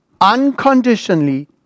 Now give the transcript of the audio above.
unconditionally